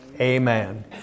Amen